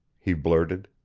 he blurted.